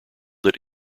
that